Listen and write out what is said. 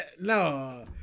No